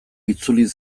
itzuli